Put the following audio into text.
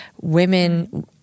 women